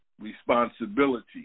responsibility